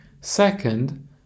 Second